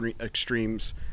extremes